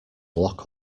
lock